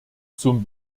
zum